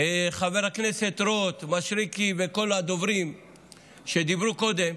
חבר הכנסת רוט, מישרקי וכל הדוברים שדיברו קודם,